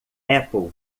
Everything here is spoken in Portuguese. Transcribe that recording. apple